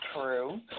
true